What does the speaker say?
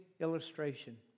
illustration